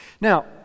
now